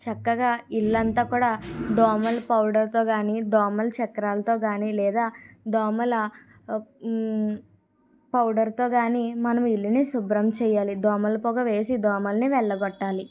చక్కగా ఇల్లంత కూడా దోమలు పౌడర్ తో కాని దోమల చక్రాలతో కాని లేదా దోమలు ఆ పౌడర్ తో కాని మనము ఇల్లుని శుభ్రం చేయాలి దోమల పొగ వేసి దోమలను వెళ్ళగొట్టాలి